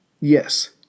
Yes